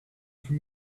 for